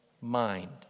mind